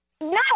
No